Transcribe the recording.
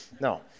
No